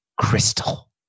Crystal